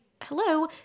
hello